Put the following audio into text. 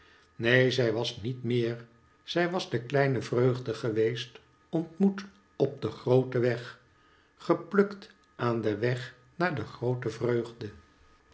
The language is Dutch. neen zij was niet meer zij was de kleine vreugde geweest ontmoet op den grooten weg geplukt aan den weg naar de groote vreugde